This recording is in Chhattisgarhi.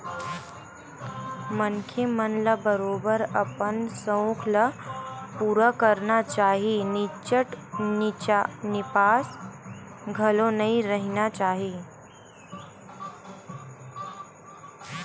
मनखे मन ल बरोबर अपन सउख ल पुरा करना चाही निच्चट चिपास घलो नइ रहिना चाही